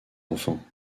enfants